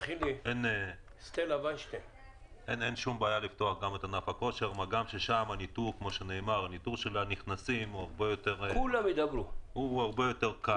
מה גם שבענף הכושר ניטור הנכנסים הוא הרבה יותר קל.